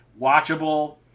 watchable